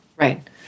right